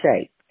shape